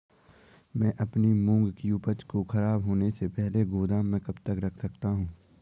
मैं अपनी मूंग की उपज को ख़राब होने से पहले गोदाम में कब तक रख सकता हूँ?